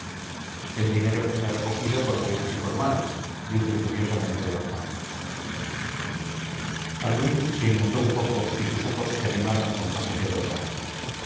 el dinero que se ha recogido por buenas y por malas dijo imperiosamente d juan albuín se inmutó un poco y sus ojos se animaron con pasajero rayo